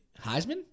Heisman